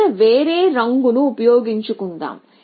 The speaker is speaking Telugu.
ఇక్కడ వేరే రంగును ఉపయోగించుకుందాం